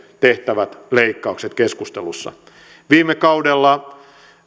tehtävät leikkaukset viime kaudella